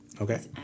Okay